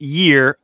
year